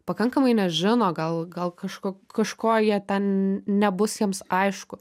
pakankamai nežino gal gal kažko kažko jie ten nebus jiems aišku